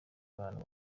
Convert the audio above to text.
bantu